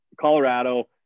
Colorado